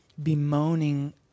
Bemoaning